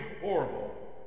horrible